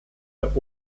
der